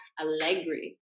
Allegri